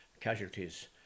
casualties